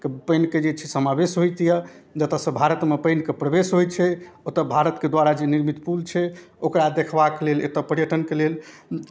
कऽ पानिके जे छै समावेश होइत अइ जतऽसँ भारतमे पानिके प्रवेश होइ छै ओतऽ भारतके द्वारा जे निर्मित पुल छै ओकरा देखबाके लेल एतऽ पर्यटनके लेल